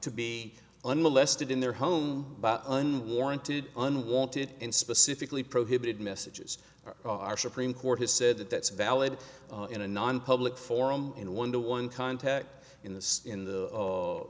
to be unmolested in their home unwarranted unwanted and specifically prohibited messages our supreme court has said that that's valid in a nonpublic forum in one to one contact in this in the